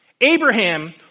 Abraham